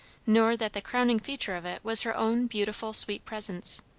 nor that the crowning feature of it was her own beautiful, sweet presence.